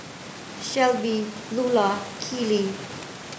Shelbi Lulla Keeley